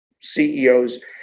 CEOs